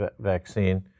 vaccine